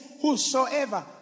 Whosoever